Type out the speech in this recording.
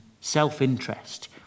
self-interest